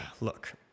Look